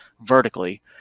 vertically